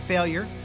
Failure